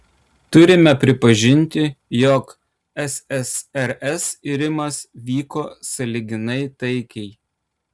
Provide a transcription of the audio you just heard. turime pripažinti jog ssrs irimas vyko sąlyginai taikiai